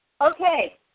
Okay